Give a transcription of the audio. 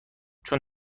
چون